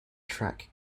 track